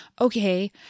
okay